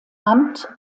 amt